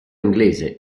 inglese